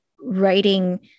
writing